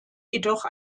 jedoch